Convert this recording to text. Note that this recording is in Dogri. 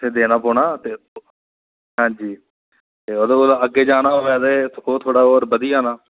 तुसें गीे देना पौना हंजी ओह्दे कोला अग्गै जाना होऐ ते थोह्ड़ा होर बधी जाना